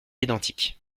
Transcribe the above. identiques